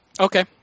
Okay